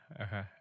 okay